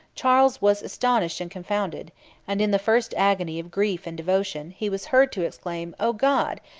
charles was astonished and confounded and in the first agony of grief and devotion, he was heard to exclaim, o god!